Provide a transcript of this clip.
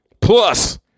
Plus